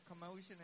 commotion